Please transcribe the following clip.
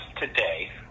today